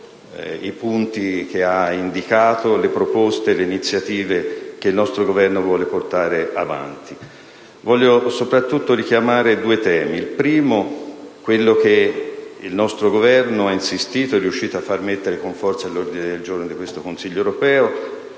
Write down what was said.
i punti indicati, le proposte e le iniziative che il nostro Governo vuole portare avanti. Voglio soprattutto richiamare due temi: il primo è quello su cui il nostro Governo ha insistito e che è riuscito ad inserire con forza all'ordine del giorno di questo Consiglio europeo.